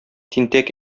тинтәк